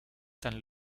tan